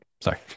Sorry